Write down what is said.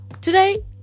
today